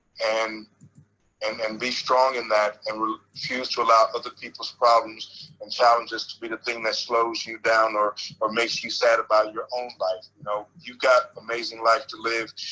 and and and be strong in that and refuse to allow other people's problems and challenges to be the thing that slows you down or or makes you sad about your own life. you know you've got amazing life to live.